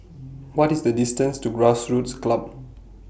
What IS The distance to Grassroots Club